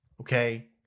Okay